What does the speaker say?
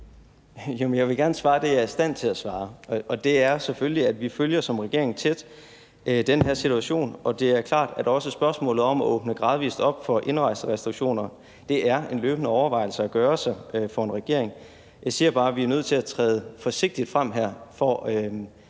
jeg vil gerne svare det, jeg er i stand til at svare. Og det er, at vi som regering selvfølgelig følger den her situation tæt. Det er klart, at også spørgsmålet om at åbne gradvis op for indrejserestriktioner er en løbende overvejelse at gøre sig for en regering. Jeg siger bare, at vi er nødt til at træde forsigtigt frem her for at sikre,